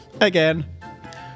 again